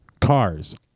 Cars